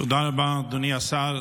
תודה רבה, אדוני השר.